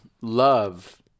love